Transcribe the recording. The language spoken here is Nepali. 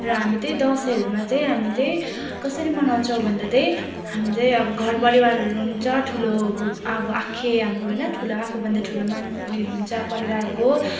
र हामी त्यही दसैँहरूमा त्यही हामी त्यही कसरी मनाउँछौँ भन्दा त्यही हामी त्यही अब घरपरिवारहरू हुन्छ ठुलो अब आखे हाम्रो होइन ठुलो आफूभन्दा ठुलो मान् उयोहरू हुन्छ परिवारको